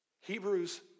Hebrews